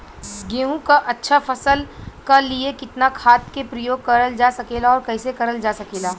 गेहूँक अच्छा फसल क लिए कितना खाद के प्रयोग करल जा सकेला और कैसे करल जा सकेला?